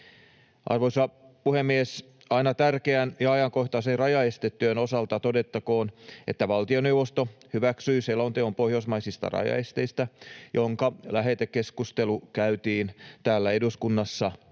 Arvoisa puhemies! Aina tärkeän ja ajankohtaisen rajaestetyön osalta todettakoon, että valtioneuvosto hyväksyi selonteon pohjoismaisista rajaesteistä, jonka lähetekeskustelu käytiin täällä eduskunnassa